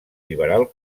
liberal